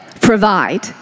provide